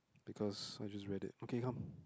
because I just read it okay come